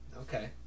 Okay